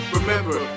remember